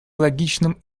логичным